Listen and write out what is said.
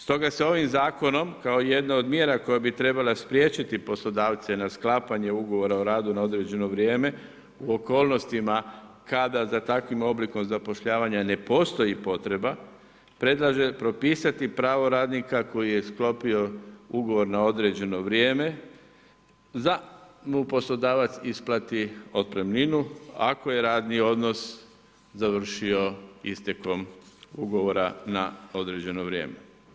Stoga se ovim zakonom kao jedna od mjera koje bi trebale spriječiti poslodavce na sklapanje ugovora o radu na određeno vrijeme u okolnosti kada za takvim oblikom zapošljavanja ne postoji potreba, predlaže propisati pravo radnika koji je sklopio ugovor na određeno vrijeme da mu poslodavac isplati otpremninu ako je radni odnos završio istekom ugovora na određeno vrijeme.